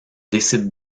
décide